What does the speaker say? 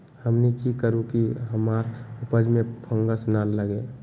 हमनी की करू की हमार उपज में फंगस ना लगे?